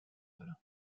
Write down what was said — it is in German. will